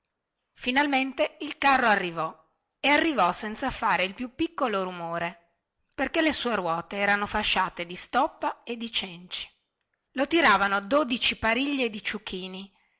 finalmente il carro arrivò e arrivò senza fare il più piccolo rumore perché le sue ruote erano fasciate di stoppa e di cenci lo tiravano dodici pariglie di ciuchini